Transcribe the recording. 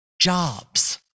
jobs